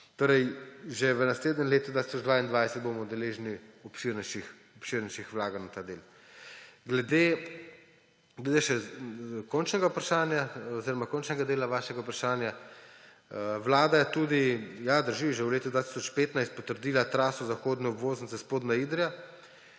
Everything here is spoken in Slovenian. Torej že v naslednjem letu 2022 bomo deležni obširnejših vlaganj v ta del. Glede še končnega vprašanja oziroma končnega dela vašega vprašanja. Vlada je tudi – ja, drži – že v letu 2015 potrdila traso zahodne obvoznice Spodnja Idrija,